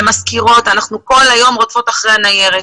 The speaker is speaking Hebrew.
למזכירות וכל היום אנחנו רודפות אחרי הניירת.